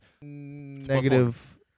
Negative